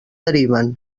deriven